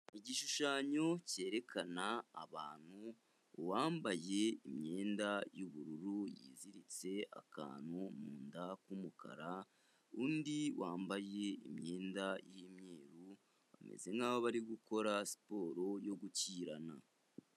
Igishushanyo cyerekana abantu uwambaye imyenda y'ubururu yiziritse akantu mu nda k'umukara, undi wambaye imyenda y'imyeru bameze nkaho bari gukora siporo yo gukirana.